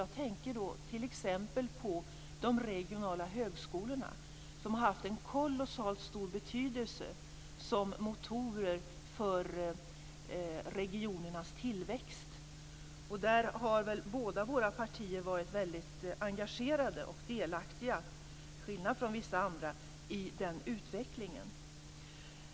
Jag tänker då t.ex. på de regionala högskolorna, som har haft en kolossalt stor betydelse som motorer för regionernas tillväxt. Där har väl båda våra partier varit väldigt engagerade och delaktiga, till skillnad från vissa andra, i utvecklingen.